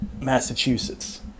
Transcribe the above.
massachusetts